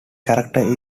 character